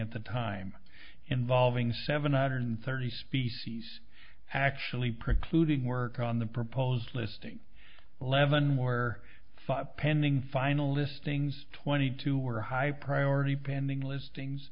at the time involving seven hundred thirty species actually precluding work on the proposed listing eleven where five pending final listings twenty two were high priority pending listings